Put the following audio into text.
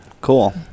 Cool